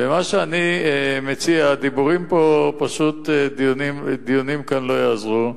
ומה שאני מציע, פשוט דיונים כאן לא יעזרו,